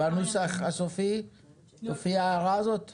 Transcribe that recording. בנוסח הסופי תופיע ההערה הזאת?